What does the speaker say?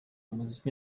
muziki